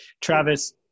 travis